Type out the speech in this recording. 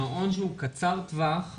במעון שהוא קצר טווח,